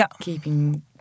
keeping